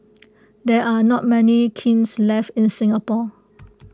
there are not many kilns left in Singapore